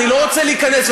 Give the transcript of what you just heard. אני לא רוצה להיכנס,